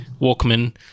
Walkman